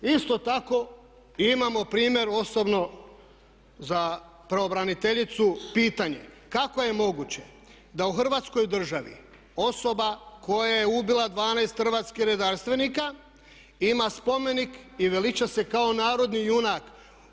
Isto tako imamo primjer osobno za pravobraniteljicu i pitanje, kako je moguće da u Hrvatskoj državi osoba koja je ubila 12 hrvatskih redarstvenika ima spomenik i veliča se kao narodni junak?